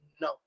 no